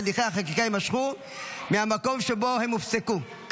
הליכי החקיקה יימשכו מהמקום שבו הם הופסקו,